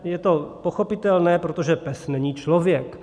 Je to pochopitelné, protože pes není člověk.